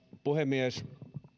puhemies